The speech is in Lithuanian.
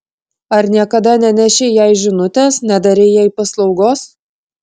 ar niekada nenešei jai žinutės nedarei jai paslaugos